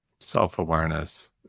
Self-awareness